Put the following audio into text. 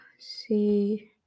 see